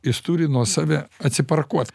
jis turi nuo save atsiparkuot